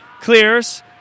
clears